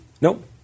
Nope